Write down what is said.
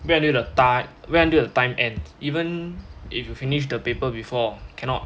wait until the ti~ wait until the time end even if you finish the paper before cannot